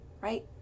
right